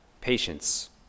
patience